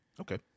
Okay